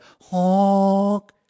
honk